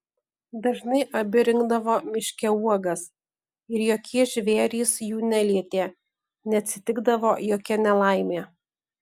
dažnai abi rinkdavo miške uogas ir jokie žvėrys jų nelietė neatsitikdavo jokia nelaimė